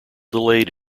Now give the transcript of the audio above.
delayed